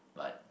but